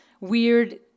weird